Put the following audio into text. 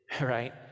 right